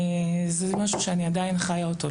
וזה משהו שאני עדיין חיה אותו,